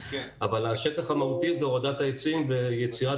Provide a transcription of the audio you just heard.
אבל השטח המהותי זה הורדת העצים ויצירת